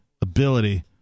ability